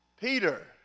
Peter